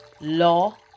law